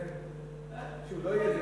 שלוש דקות.